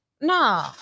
no